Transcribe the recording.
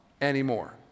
anymore